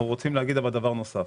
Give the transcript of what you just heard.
אנחנו רוצים להגיד דבר נוסף.